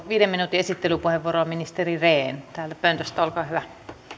viiden minuutin esittelypuheenvuorolla ministeri rehn täältä pöntöstä olkaa hyvä